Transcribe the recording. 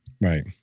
Right